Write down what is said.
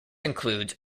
includes